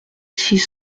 six